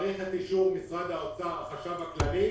צריך את אישור משרד האוצר, החשב הכללי.